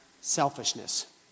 selfishness